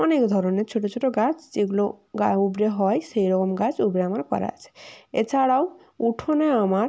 অনেক ধরনের ছোটো ছোটো গাছ যেগুলো উপরে হয় সেই রকম গাছ উপরে আমার করা আছে এছাড়াও উঠোনে আমার